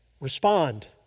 respond